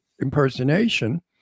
impersonation